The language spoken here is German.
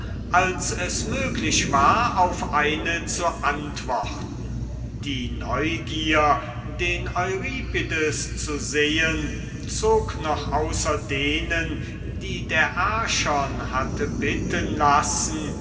als es möglich war auf eine zu antworten die neugier den euripides zu sehen zog noch außer denen die der archon hatte bitten lassen